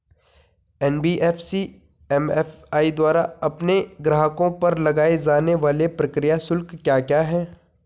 NBFC MFI द्वारा अपने ग्राहकों पर लगाए जाने वाले प्रक्रिया शुल्क क्या क्या हैं?